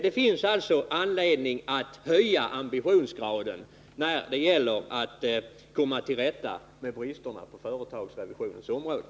Det finns alltså anledning att höja ambitionsgraden när det gäller att komma till rätta med bristerna på företagsrevisionens område.